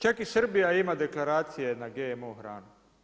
Čak i Srbija ima deklaracije na GMO hranu.